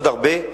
עוד הרבה.